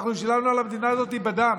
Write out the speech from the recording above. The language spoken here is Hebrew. אנחנו שילמנו על המדינה הזאת בדם,